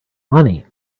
money